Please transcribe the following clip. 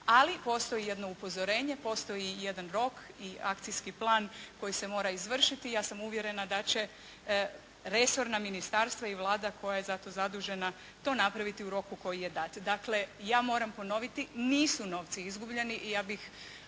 ali postoji jedno upozorenje, postoji jedan rok i akcijski plan koji se mora izvršiti. Ja sam uvjerena da će resorna ministarstva i Vlada koja je za to zadužena to napraviti u roku koji je dat. Dakle ja moram ponoviti, nisu novci izgubljeni i ja bih